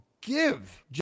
give